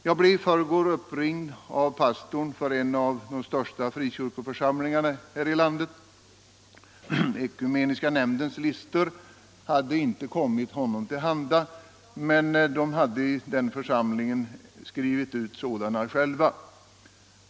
Jag blev i förrgår uppringd av pastorn för en av de största frikyrkoförsamlingarna i landet. Ekumeniska nämndens listor hade inte kommit honom till handa, men församlingen hade själv skrivit ut sådana.